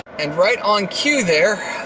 and right on cue there,